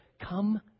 come